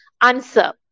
answer